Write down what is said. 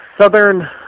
southern